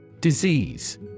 Disease